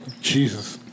Jesus